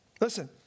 Listen